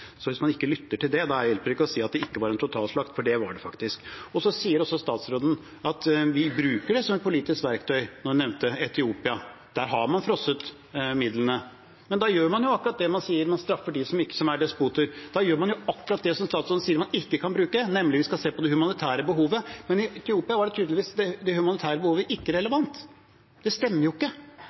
Hvis man ikke lytter til det, da hjelper det ikke å si at det ikke var en totalslakt, for det var det faktisk. Så sier også statsråden at vi bruker det som politisk verktøy, og hun nevnte Etiopia, der man har frosset midlene. Da gjør man akkurat det – man straffer despoter. Da gjør man akkurat det statsråden sier man skal ikke gjøre. Man skal se på det humanitære behovet, men i Etiopia var det humanitære behovet tydeligvis ikke relevant. Det stemmer jo ikke. Man straffer jo Etiopias ledelse fordi de ikke er demokratiske, eller fordi de ikke tar vare på sin egen befolkning. Du sier samtidig at det ikke